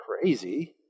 Crazy